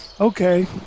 Okay